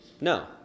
No